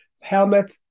helmet